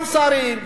גם שרים,